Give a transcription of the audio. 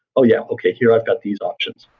oh, yeah. okay, here i've got these options.